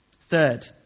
Third